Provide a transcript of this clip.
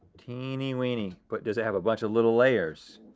teeny weeny, but does it have a bunch of little layers?